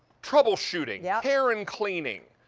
troubleshooting, yeah care and cleaning.